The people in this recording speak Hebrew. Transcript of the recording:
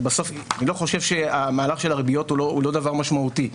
ואני לא חושב שהמהלך של הריביות הוא לא דבר משמעותי,